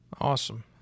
Awesome